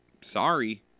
sorry